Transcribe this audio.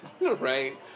right